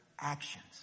actions